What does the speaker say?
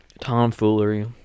tomfoolery